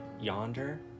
yonder